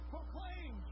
Proclaim